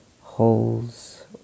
holes